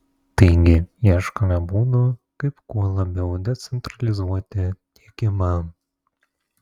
taigi ieškome būdų kaip kuo labiau decentralizuoti tiekimą